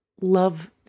love